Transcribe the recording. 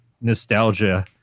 nostalgia